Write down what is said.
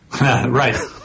Right